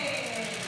יש.